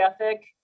ethic